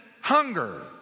hunger